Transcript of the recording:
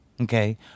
Okay